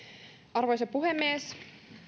arvoisa puhemies